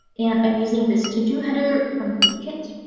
and i'm using this to do header from the kit.